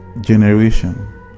generation